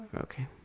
Okay